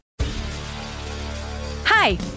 Hi